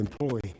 employee